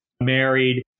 married